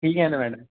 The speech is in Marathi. ठीक आहे ना मॅडम